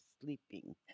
sleeping